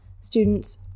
students